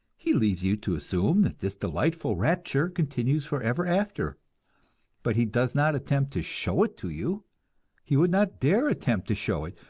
he leaves you to assume that this delightful rapture continues forever after but he does not attempt to show it to you he would not dare attempt to show it,